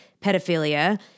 pedophilia